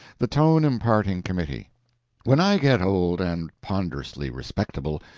the tone-imparting committee when i get old and ponderously respectable,